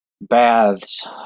baths